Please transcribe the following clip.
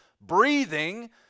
breathing